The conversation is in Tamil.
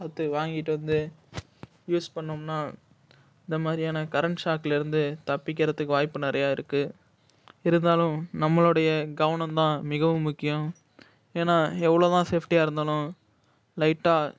பார்த்து வாங்கிட்டு வந்து யூஸ் பண்ணோம்னா இந்த மாதிரியான கரண்ட் ஷாக்லேர்ந்து தப்பிக்கிறதுக்கு வாய்ப்பு நிறையா இருக்கு இருந்தாலும் நம்மளுடைய கவனம் தான் மிகவும் முக்கியம் ஏன்னா எவ்ளோ தான் சேஃப்ட்டியாக இருந்தாலும் லைட்டாக